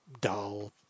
dull